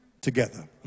together